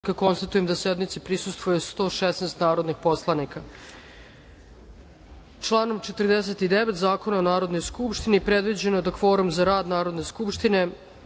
poslanika, konstatujem da sednici prisustvuje 116 narodnih poslanika. Članom 49. Zakona o Narodnoj skupštini predviđeno je da kvorum za rad Narodne skupštine